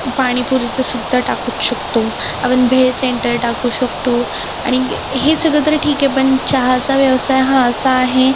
पाणीपुरीचं सुद्धा टाकूच शकतो आपण भेळ सेंटर टाकू शकतो आणि हे सगळं तर ठीक आहे पण चहाचा व्यवसाय हा असा आहे